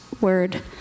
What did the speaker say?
word